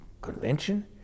convention